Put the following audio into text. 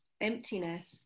emptiness